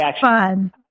fun